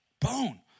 bone